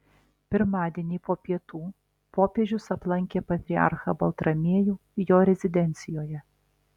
pirmadienį po pietų popiežius aplankė patriarchą baltramiejų jo rezidencijoje